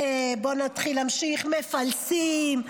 בוא נמשיך: למפלסים.